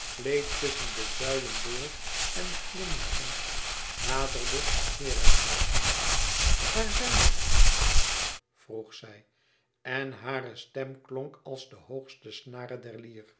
gleed tusschen de zuilen door en glimlachend naderde herakles waar zijn zij vroeg zij en hare stem klonk als de hoogste snare der lier